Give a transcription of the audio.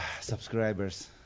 subscribers